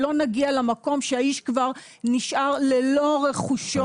שלא נגיע למקום שהאיש כבר נשאר ללא רכושו,